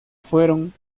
fueron